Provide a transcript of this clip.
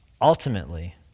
Ultimately